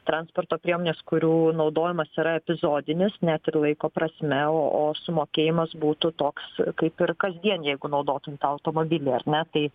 transporto priemonės kurių naudojimas yra epizodinis net ir laiko prasme o o sumokėjimas būtų toks kaip ir kasdien jeigu naudotum tą automobilį ar ne tai